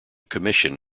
commission